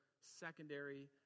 secondary